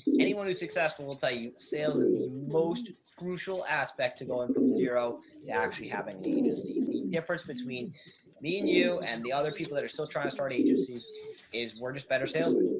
anyone who's successful will tell you sales is the most crucial aspect to going from zero to actually have any agency. the difference between me and you and the other people that are still trying to start agencies is we're just better salesman.